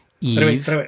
Eve